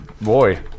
boy